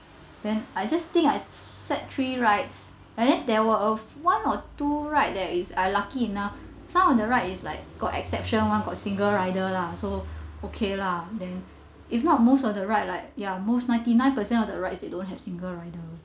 then I just think I sat three rides and and then there were a fe~ one or two ride that I was lucky enough some of the rides are like got exception one got single rider lah so okay lah then if not most of the rides like ya most ninety nine percent of the ride is they don't have single rider